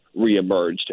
reemerged